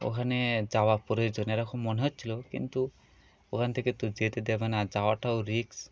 ওখানে যাওয়া প্রয়োজন এরকম মনে হচ্ছিলো কিন্তু ওখান থেকে তো যেতে দেবে না যাওয়াটাও রিক্স